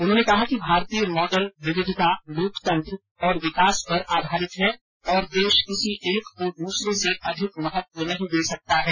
उन्होंने कहा कि भारतीय मॉडल विविधता लोकतंत्र और विकास पर आधारित है और देश किसी एक को दूसरे से अधिक महत्व नहीं दे सकता है